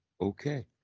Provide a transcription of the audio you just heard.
okay